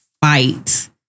fight